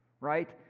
right